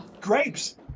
grapes